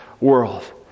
world